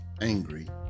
angry